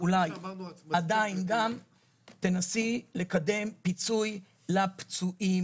אולי עדיין תנסי לקדם פיצוי לפצועים.